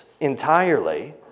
entirely